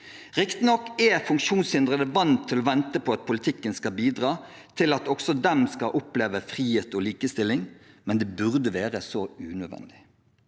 Riktignok er funksjonshindrede vant til å vente på at politikken skal bidra til at også de skal oppleve frihet og likestilling, men det burde være unødvendig.